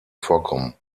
vorkommen